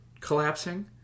collapsing